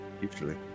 usually